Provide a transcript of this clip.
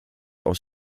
aus